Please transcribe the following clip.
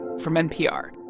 from npr.